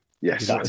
Yes